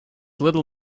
little